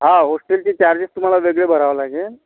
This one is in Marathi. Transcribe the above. हा होश्टेलचे चार्जेस तुम्हाला वेगळे भरावं लागेल